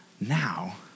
Now